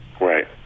Right